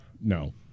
No